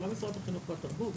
לא משרד החינוך והתרבות.